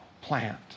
plant